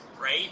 right